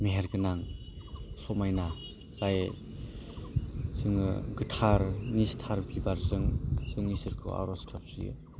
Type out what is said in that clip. मेहेर गोनां समायना जाय जोङो गोथार निस्थार बिबारजों जों इसोरखौ आर'ज गाबज्रियो